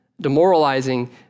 demoralizing